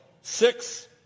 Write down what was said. six